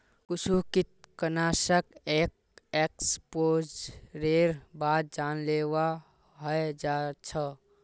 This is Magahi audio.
कुछु कृंतकनाशक एक एक्सपोजरेर बाद जानलेवा हय जा छ